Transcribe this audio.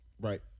Right